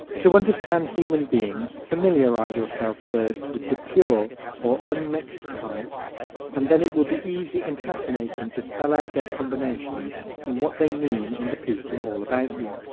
to understand human beings familiarize yourself first with the pure or unmixed types and then it will be easy and fascinating to spell out their combinations and what they mean in the people all about you.